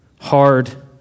hard